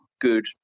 good